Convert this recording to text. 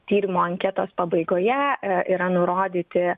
tyrimo anketos pabaigoje yra nurodyti